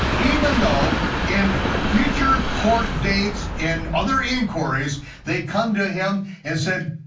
even though in future court dates and other inquiries they come to him and said,